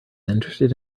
interested